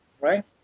right